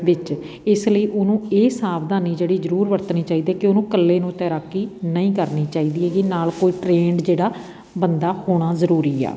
ਵਿੱਚ ਇਸ ਲਈ ਉਹਨੂੰ ਇਹ ਸਾਵਧਾਨੀ ਜਿਹੜੀ ਜ਼ਰੂਰ ਵਰਤਣੀ ਚਾਹੀਦੀ ਕਿ ਉਹਨੂੰ ਇਕੱਲੇ ਨੂੰ ਤੈਰਾਕੀ ਨਹੀਂ ਕਰਨੀ ਚਾਹੀਦੀ ਹੈਗੀ ਨਾਲ ਕੋਈ ਟਰੇਂਡ ਜਿਹੜਾ ਬੰਦਾ ਹੋਣਾ ਜ਼ਰੂਰੀ ਆ